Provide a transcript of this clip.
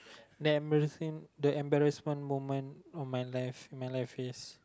the embarrassing the embarassment moment of my life in my life is